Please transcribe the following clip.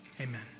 Amen